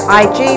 ig